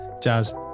jazz